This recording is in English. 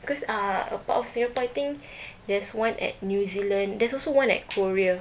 because uh apart of singapore I think there's one at new zealand there's also one at korea